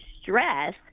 stress